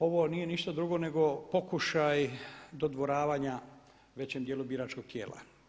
Ovo nije ništa drugo nego pokušaj dodvoravanja većem dijelu biračkog tijela.